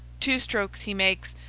two strokes he makes,